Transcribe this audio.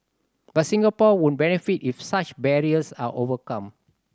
but Singapore would benefit if such barriers are overcome